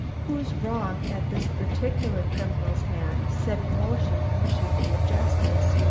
whose wrong at this particular criminal's hand set in motion the machinery of justice.